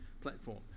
platform